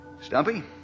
Stumpy